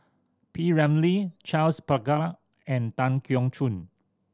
P Ramlee Charles Paglar and Tan Keong Choon